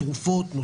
תרופות,